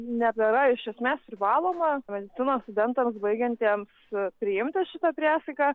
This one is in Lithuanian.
nebėra iš esmės privaloma medicinos studentams baigiantiems priimti šita priesaika